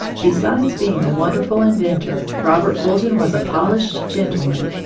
besides being a wonderful inventor, robert fulton was a polished gentleman.